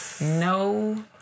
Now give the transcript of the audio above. No